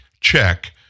check